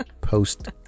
post